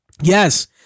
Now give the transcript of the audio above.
Yes